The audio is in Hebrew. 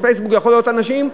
הפייסבוק יכול להעלות אנשים,